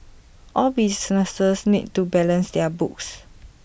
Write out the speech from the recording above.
all businesses need to balance their books